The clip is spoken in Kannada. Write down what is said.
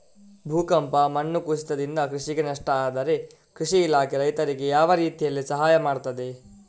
ಭೂಕಂಪ, ಮಣ್ಣು ಕುಸಿತದಿಂದ ಕೃಷಿಗೆ ನಷ್ಟ ಆದ್ರೆ ಕೃಷಿ ಇಲಾಖೆ ರೈತರಿಗೆ ಯಾವ ರೀತಿಯಲ್ಲಿ ಸಹಾಯ ಮಾಡ್ತದೆ?